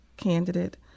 candidate